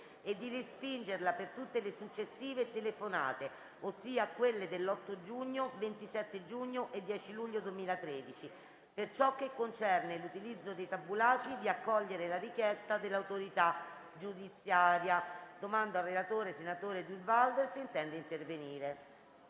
e di respingerla per tutte le successive telefonate, ossia quelle dell'8 giugno, 27 giugno e 10 luglio 2013; per ciò che concerne l'utilizzo dei tabulati, di accogliere la richiesta dell'autorità giudiziaria. Chiedo al relatore, senatore Durnwalder, se intende intervenire.